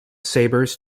sabres